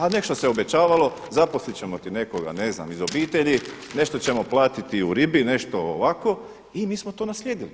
A nešto se obećavalo, zaposlit ćemo ti nekoga ne znam iz obitelji, nešto ćemo platiti u ribi, nešto ovako i mi smo to naslijedili.